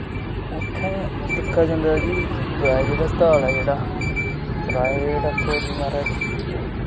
उत्थै दिक्खेआ जंदा ऐ कि प्राइवेट हस्पताल ऐ जेह्ड़ा प्राइवेट आक्खो जी म्हाराज